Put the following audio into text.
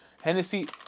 Hennessy